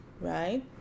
right